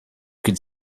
could